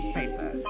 Paper